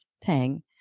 Tang